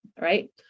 right